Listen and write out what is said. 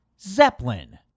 Zeppelin